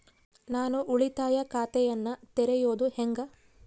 ನಾನು ಉಳಿತಾಯ ಖಾತೆಯನ್ನ ತೆರೆಯೋದು ಹೆಂಗ?